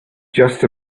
just